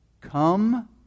Come